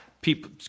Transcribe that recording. people